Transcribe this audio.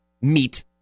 meet